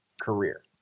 career